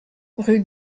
rue